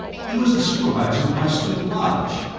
he was the supervisor of my student lodge,